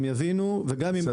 אם מחר